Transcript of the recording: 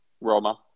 Roma